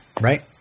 Right